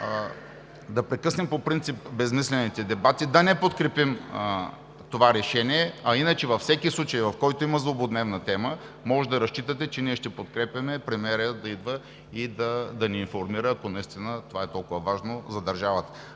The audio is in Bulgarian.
да прекъснем по принцип безсмислените дебати и да не подкрепим това решение. А иначе, във всеки случай, в който има злободневна тема, можете да разчитате, че ние ще подкрепяме премиера да идва и да ни информира, ако наистина това е толкова важно за държавата.